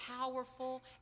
powerful